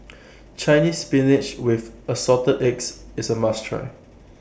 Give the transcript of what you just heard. Chinese Spinach with Assorted Eggs IS A must Try